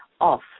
off